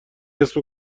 اسم